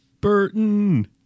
Burton